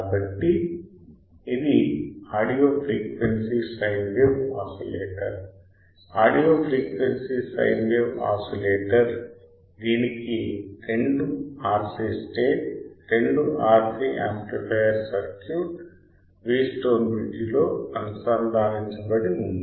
కాబట్టి ఇది audio frequency sine wave oscillator audio frequency sine wave oscillator దీనికి రెండు RC స్టేజ్ రెండు stage RC amplifier circuit Wheatstone bridge లో అనుసంధానించబడి ఉంది